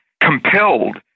compelled